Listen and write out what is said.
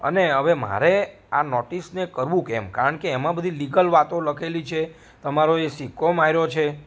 અને હવે મારે આ નોટિસને કરવું કેમ કારણ કે એમા બધી લિકલ વાતો લખેલી છે તમારો એ સિક્કો માર્યો છે